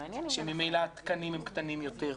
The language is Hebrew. שממילא התקנים הם קטנים יותר.